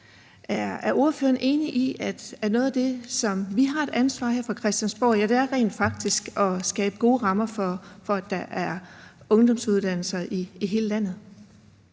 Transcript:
Er ordføreren enig i, at noget af det, som vi har et ansvar for her fra Christiansborgs side, rent faktisk er at skabe gode rammer for ungdomsuddannelser i hele landet?